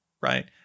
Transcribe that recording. right